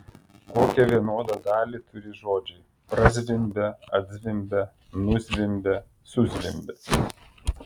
kokią vienodą dalį turi žodžiai prazvimbia atzvimbia nuzvimbia suzvimbia